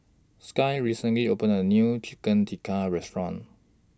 Sky recently opened A New Chicken Tikka Restaurant